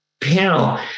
panel